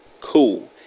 Cool